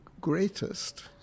greatest